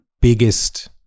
biggest